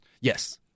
Yes